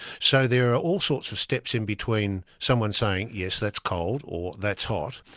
so there are all sorts of steps in between someone saying, yes, that's cold', or that's hot.